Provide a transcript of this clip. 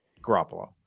Garoppolo